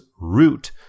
Root